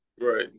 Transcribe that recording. Right